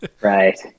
Right